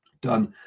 done